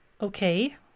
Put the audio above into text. Okay